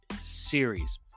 series